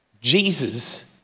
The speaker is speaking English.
Jesus